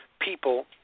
people